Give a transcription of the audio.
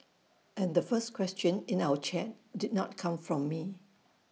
and the first question in our chat did not come from me